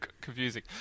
confusing